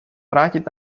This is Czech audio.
vrátit